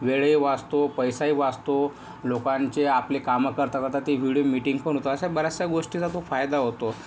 वेळही वाचतो पैसाही वाचतो लोकांचे आपले काम करता करता ते व्हिडिओ मिटिंगपण होतात अशा बऱ्याचशा गोष्टीचा तो फायदा होतो